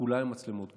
כולם עם מצלמות גוף.